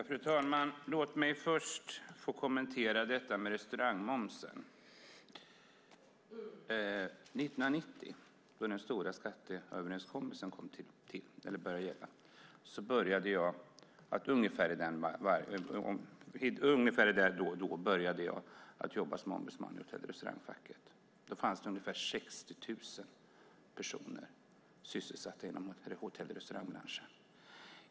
Fru talman! Låt mig först kommentera detta med restaurangmomsen. Omkring 1990, då den stora skatteöverenskommelsen började gälla, började jag jobba som ombudsman i Hotell och Restaurangfacket. Då fanns det ungefär 60 000 personer sysselsatta inom hotell och restaurangbranschen.